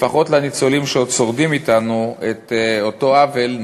לפחות לניצולים שעוד שורדים אתנו את אותו עוול,